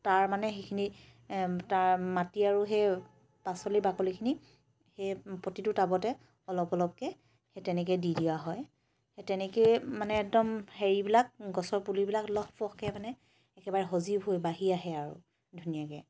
তাৰমানে সেইখিনি তাৰ মাটি আৰু সেই পাচলিৰ বাকলিখিনি সেই প্ৰতিটো টাবতে অলপ অলপকৈ সেই তেনেকৈ দি দিয়া হয় সেই তেনেকৈয়ে একদম সেইবিলাক গছৰ পুলিবিলাক লহপহকৈ মানে একেবাৰে সজীৱ হৈ বাঢ়ি আহে আৰু ধুনীয়াকৈ